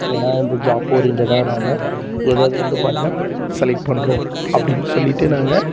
ஏன்னால் இந்த ஜாப் ஓரியன்டடாக நாம்ம எதை எது வந்து பார்த்தினா செலக்ட் பண்றோம் அப்படின்னு சொல்லிட்டு நாங்கள்